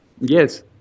Yes